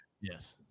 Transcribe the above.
Yes